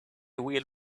wheel